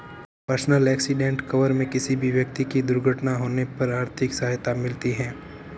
personal accident cover में किसी भी व्यक्ति की दुर्घटना होने पर आर्थिक सहायता मिलती है